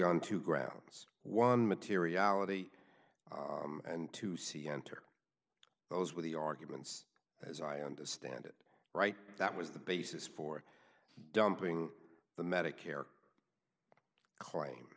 two grounds one materiality and to see enter those with the arguments as i understand it right that was the basis for dumping the medicare claim